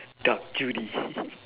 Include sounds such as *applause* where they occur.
dark Judy *noise*